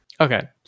Okay